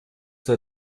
sei